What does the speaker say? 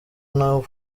naho